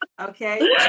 okay